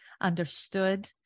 understood